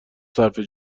صرفه